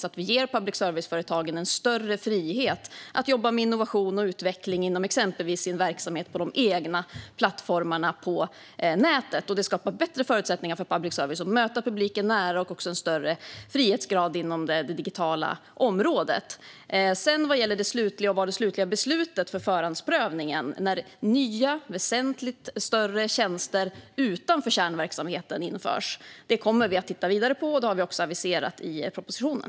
Vi ger alltså public service-företagen större frihet att jobba med innovation och utveckling inom exempelvis sin verksamhet på de egna plattformarna på nätet. Det skapar bättre förutsättningar för public service att möta publiken nära och även en högre grad av frihet inom det digitala området. Vad gäller det slutliga beslutet för förhandsprövningen när nya, väsentligt större tjänster utanför kärnverksamheten införs kommer vi att titta vidare på det. Det har vi också aviserat i propositionen.